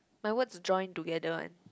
my words join together one